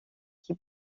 qui